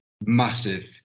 massive